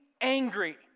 angry